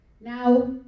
Now